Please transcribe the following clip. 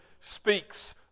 speaks